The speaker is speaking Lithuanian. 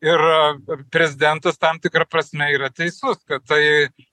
ir prezidentas tam tikra prasme yra teisus kad tai